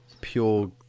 Pure